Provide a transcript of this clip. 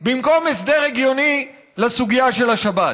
במקום הסדר הגיוני לסוגיה של השבת.